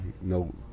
no